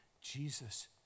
Jesus